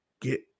get